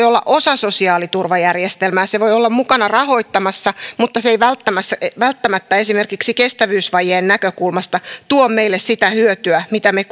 olla osa sosiaaliturvajärjestelmää ne voivat olla mukana rahoittamassa mutta ne eivät välttämättä esimerkiksi kestävyysvajeen näkökulmasta tuo meille sitä hyötyä mitä me